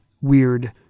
weird